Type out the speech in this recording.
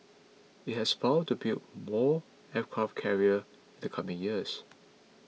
it has vowed to build more aircraft carrier in the coming years